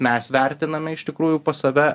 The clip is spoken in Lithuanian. mes vertiname iš tikrųjų pas save